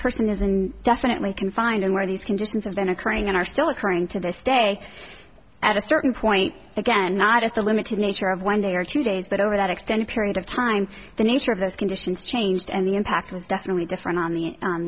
person is and definitely confined and where these conditions have been occurring are still occurring to this day at a certain point again not at the limited nature of one day or two days but over that extended period of time the nature of those conditions changed and the impact was definitely different on the